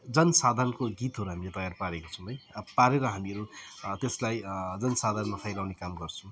जनसाधारणको गीतहरू हामीले तयार पारेको छौँ है अब पारेर हामीहरू त्यसलाई जनसाधारणमा फैलाउने काम गर्छौँ